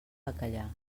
bacallà